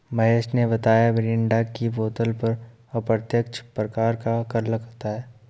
महेश ने बताया मिरिंडा की बोतल पर अप्रत्यक्ष प्रकार का कर लगता है